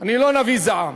אני לא נביא זעם,